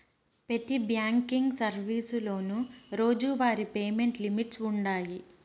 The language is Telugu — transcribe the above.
పెతి బ్యాంకింగ్ సర్వీసులోనూ రోజువారీ పేమెంట్ లిమిట్స్ వుండాయి